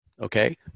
Okay